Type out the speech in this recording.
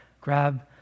grab